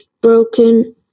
broken